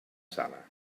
sala